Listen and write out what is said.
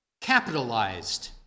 capitalized